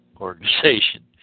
organization